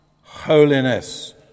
holiness